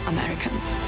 Americans